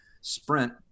sprint